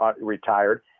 retired